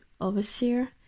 Overseer